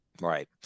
Right